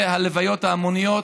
וזה הלוויות ההמוניות,